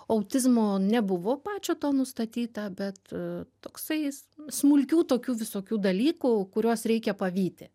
autizmo nebuvo pačio to nustatyta bet toksai jis smulkių tokių visokių dalykų kuriuos reikia pavyti